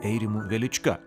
eirimu velička